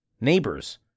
neighbors